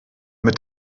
mit